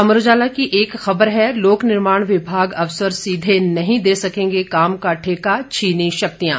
अमर उजाला की एक खबर है लोक निर्माण विभाग अफसर सीधे नहीं दे सकेंगे काम का ठेका छीनीं शक्तियां